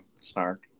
Snark